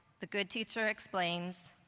the good teacher explains.